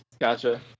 Gotcha